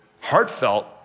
heartfelt